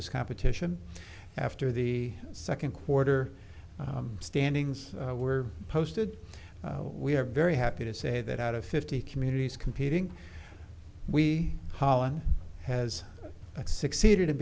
this competition after the second quarter standings were posted we are very happy to say that out of fifty communities competing we holland has succeeded in